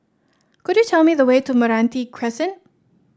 could you tell me the way to Meranti Crescent